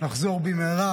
לחזור במהרה,